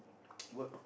work